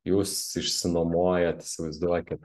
jūs išsinuomojat įsivaizduokit